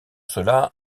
cela